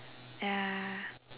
ya